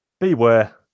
beware